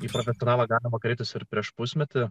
į profesionalą galima kreiptis ir prieš pusmetį